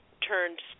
turned